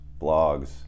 blogs